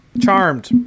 charmed